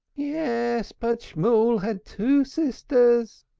yes, but shmool had two sisters,